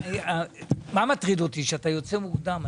מה שמטריד אותי שאתה יוצא מוקדם,